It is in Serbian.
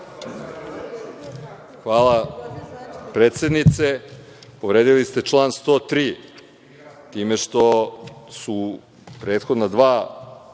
Hvala predsednice, povredili ste član 103. time što su prethodna dva